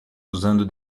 usando